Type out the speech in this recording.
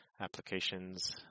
applications